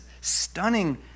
stunning